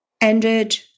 ended